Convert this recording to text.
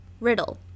riddle